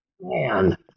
Man